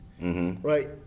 right